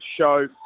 Show